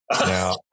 Now